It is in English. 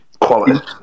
quality